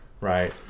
right